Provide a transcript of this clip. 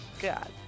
God